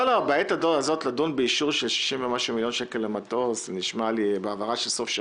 בעת הזאת לדון באישור של 60 ומשהו מיליון שקל למטוס בהעברה של סוף שנה,